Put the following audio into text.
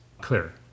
clear